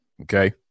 Okay